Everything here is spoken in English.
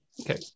Okay